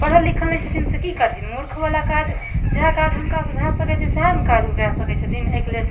पढ़ल लिखल नहि छथिन तऽ कि करथिन मूर्खवला काज जएह काज हुनकासँ भऽ सकै छै सएह ने काज ओ कऽ सकै छथिन एहिके लेल